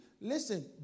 listen